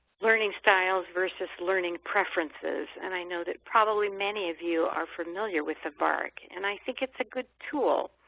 learning styles versus learning preferences and i know that probably many of you are familiar with the vark and i think it's a good tool.